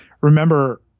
remember